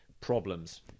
problems